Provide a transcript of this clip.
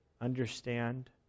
understand